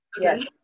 Yes